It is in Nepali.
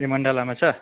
ए मण्डलामा छ